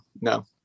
no